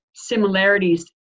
similarities